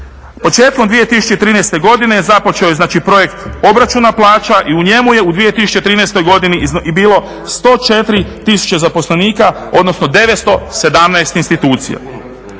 Početkom 2013. godine započeo je znači projekt obračuna plaća i u njemu je u 2013. godini bilo 104 tisuće zaposlenika, odnosno 917 institucija.